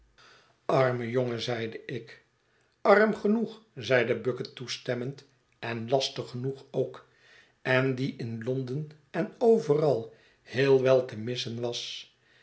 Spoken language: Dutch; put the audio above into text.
arme jongen zeide ik arm genoeg zeide bucket toestemmend en lastig genoeg ook en die in londen en overal heel wel te missen was